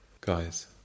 Guys